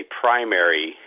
primary